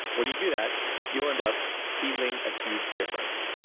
when you do that you'll end up feeling a huge difference.